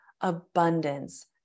abundance